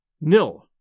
nil